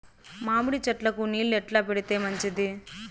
మామిడి చెట్లకు నీళ్లు ఎట్లా పెడితే మంచిది?